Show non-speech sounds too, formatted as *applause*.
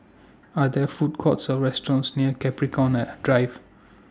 Are There Food Courts Or restaurants near Capricorn *unintelligible* Drive